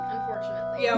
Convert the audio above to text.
Unfortunately